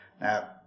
Now